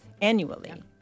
annually